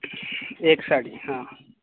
एक साडी हा